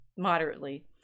Moderately